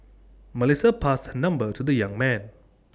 Melissa passed her number to the young man